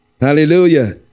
Hallelujah